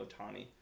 Otani